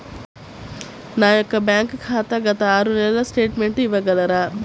నా యొక్క బ్యాంక్ ఖాతా గత ఆరు నెలల స్టేట్మెంట్ ఇవ్వగలరా?